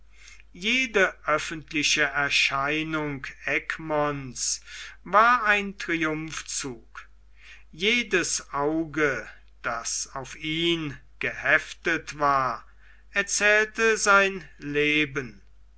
jede öffentliche erscheinung egmonts war ein triumphzug jedes auge das auf ihn geheftet war erzählte sein leben